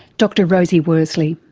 dr rosie worsley.